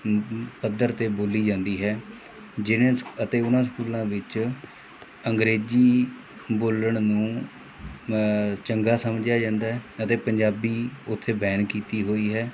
ਪੱਧਰ 'ਤੇ ਬੋਲੀ ਜਾਂਦੀ ਹੈ ਜਿਹਨੇ ਅਤੇ ਉਹਨਾਂ ਸਕੂਲਾਂ ਵਿੱਚ ਅੰਗਰੇਜ਼ੀ ਬੋਲਣ ਨੂੰ ਚੰਗਾ ਸਮਝਿਆ ਜਾਂਦਾ ਅਤੇ ਪੰਜਾਬੀ ਉੱਥੇ ਬੈਨ ਕੀਤੀ ਹੋਈ ਹੈ